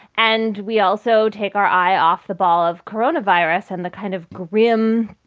and we also take our eye off the ball of corona virus and the kind of grim,